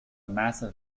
massive